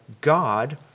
God